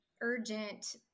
urgent